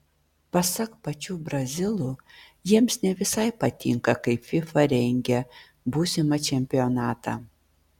pasak pačių brazilų jiems ne visai patinka kaip fifa rengia būsimą čempionatą